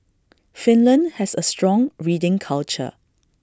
Finland has A strong reading culture